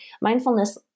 mindfulness